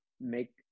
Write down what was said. make